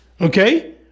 Okay